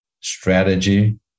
strategy